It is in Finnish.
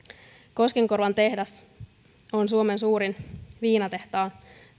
koskenkorvan tehdas on suomen suurin viinatehdas